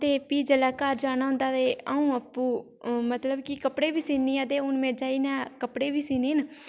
ते प्ही जेल्लै घर जाना होंदा ते अ'ऊं आपूं मतलब कि कपड़े बी सीन्नी आं ते हून मेरे चाही न कपड़े बी सीन्नी न